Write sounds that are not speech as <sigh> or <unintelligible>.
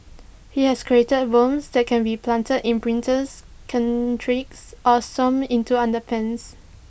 he has created bombs that can be planted in printer <unintelligible> or sewn into underpants